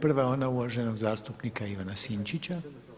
Prva je ona uvaženo zastupnika Ivana Sinčića.